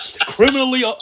Criminally